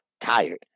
tired